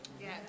Yes